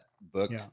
book